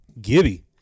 Gibby